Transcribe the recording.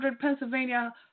Pennsylvania